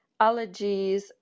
allergies